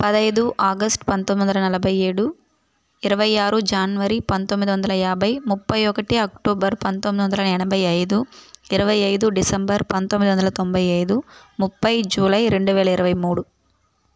పదైదు ఆగస్ట్ పంతొమ్మిది వందల నలభై ఏడు ఇరవై ఆరు జనవరి పంతొమ్మిది వందల యాభై ముప్పై ఒకటి అక్టోబర్ పంతొమ్మిది వందల ఎనభై ఐదు ఇరవై ఐదు డిసెంబర్ పంతొమ్మిది వందల తొంభై ఐదు ముప్పై జులై రెండు వేల ఇరవై మూడు